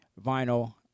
vinyl